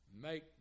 Make